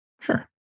Sure